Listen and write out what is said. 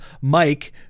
Mike